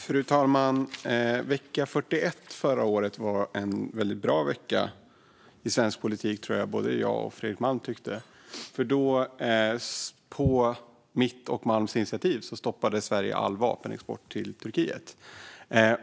Fru talman! Vecka 41 förra året var en bra vecka i svensk politik. Det tycker nog både jag och Fredrik Malm. Då stoppade Sverige nämligen på mitt och Malms initiativ all vapenexport till Turkiet.